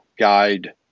guide